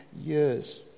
years